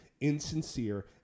insincere